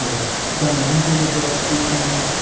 the governor inslee was there speaking,